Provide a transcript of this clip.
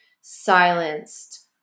silenced